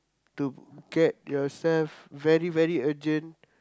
to get yourself very very urgent